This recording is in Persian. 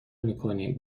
میکنیم